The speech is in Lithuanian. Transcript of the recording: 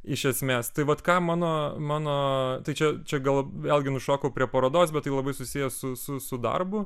iš esmės tai vat ką mano mano tai čia čia gal vėlgi nušokau prie parodos bet tai labai susiję su su su darbu